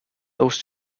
those